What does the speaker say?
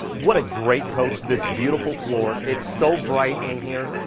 what a great coach, this beautiful floor. it's so bright in here.